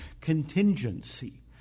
Contingency